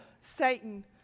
Satan